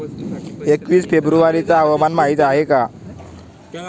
एकवीस फेब्रुवारीची हवामान माहिती आहे का?